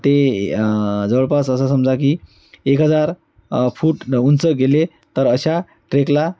ते जवळपास असं समजा की एक हजार फूट उंच गेले तर अशा ट्रेकला